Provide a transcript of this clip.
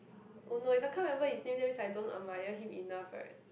oh no if I can't remember his name that means I don't admire him enough right